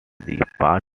pat